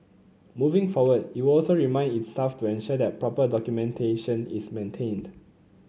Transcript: moving forward it will also remind its staff to ensure that proper documentation is maintained